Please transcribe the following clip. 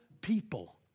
people